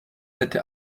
hätte